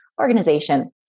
Organization